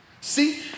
See